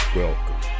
welcome